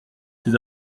ces